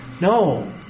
No